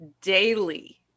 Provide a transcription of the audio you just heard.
daily